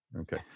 Okay